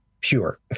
pure